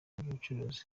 by’ubucuruzi